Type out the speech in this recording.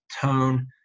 tone